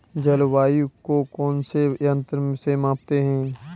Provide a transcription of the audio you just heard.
जलवायु को कौन से यंत्र से मापते हैं?